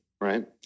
right